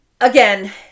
again